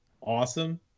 awesome